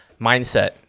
mindset